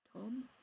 Tom